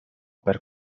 per